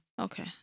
Okay